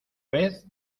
vez